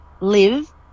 live